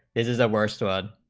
is is the worst one